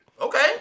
Okay